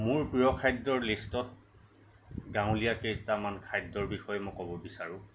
মোৰ প্ৰিয় খাদ্যৰ লিষ্টত গাঁৱলীয়া কেইটামান খাদ্যৰ বিষয়ে মই ক'ব বিচাৰোঁ